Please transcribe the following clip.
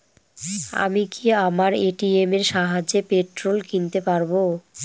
আমি কি আমার এ.টি.এম এর সাহায্যে পেট্রোল কিনতে পারব?